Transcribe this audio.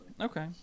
Okay